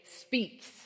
speaks